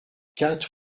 quatre